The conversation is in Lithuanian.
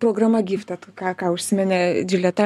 programa gifted ką ką užsiminė džileta